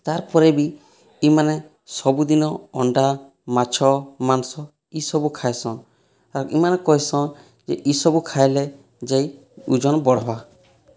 ତାର୍ ପରେ ବି ଇମାନେ ସବୁଦିନ ଅଣ୍ଡା ମାଛ ମାଂସ ଇସବୁ ଖାଇସନ୍ ଆର୍ ଇମାନେ କହିସନ୍ ଯେ ଇସବୁ ଖାଇଲେ ଯାଇ ଉଜନ ବଢ଼ବା